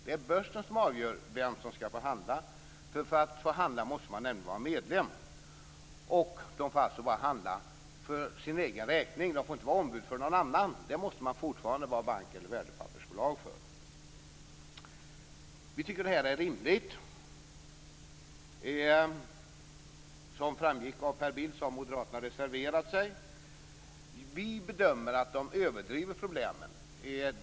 Det är börsen som avgör vem som skall få handla. För att få handla måste man vara medlem. Man får bara handla för egen räkning. man får inte vara ombud för någon annan. För det måste man fortfarande vara bank eller värdepappersbolag. Vi tycker att detta är rimligt. Som framgick av vad Per Bill sade har Moderaterna reserverat sig. Vi bedömer att Moderaterna överdriver problemen.